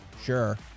Sure